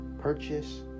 purchase